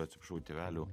atsiprašau tėvelių